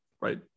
right